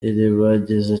ilibagiza